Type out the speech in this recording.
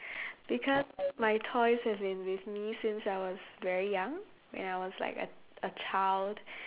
because my toys have been with me since I was very young when I was like a a child